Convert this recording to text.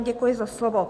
Děkuji za slovo.